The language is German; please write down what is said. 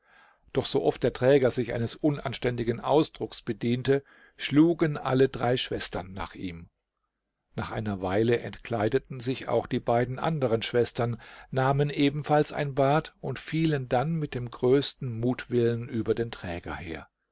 doch so oft der träger sich eines unanständigen ausdrucks bediente schlugen alle drei schwestern nach ihm nach einer weile entkleideten sich auch die beiden anderen schwestern nahmen ebenfalls ein bad und fielen dann mit dem größten mutwillen über den träger her